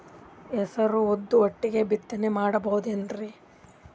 ಹೆಸರು ಉದ್ದು ಒಟ್ಟಿಗೆ ಬಿತ್ತನೆ ಮಾಡಬೋದೇನ್ರಿ?